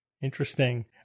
Interesting